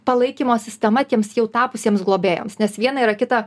palaikymo sistema tiems jau tapusiems globėjams nes viena yra kita